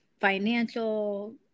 financial